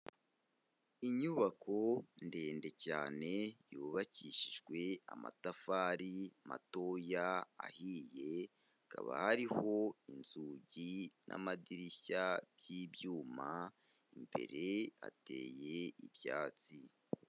Inyubako ndende cyane yubakishijwe amatafari matoya ahiye, hakaba hariho inzugi n'amadirishya by'ibyuma, imbere hateye ibyatsi.